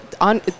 on